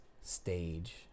stage